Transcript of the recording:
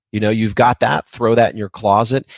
you know you've got that, throw that in your closet,